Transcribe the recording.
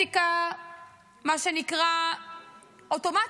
טקטיקה אוטומטית,